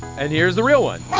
and here's the real one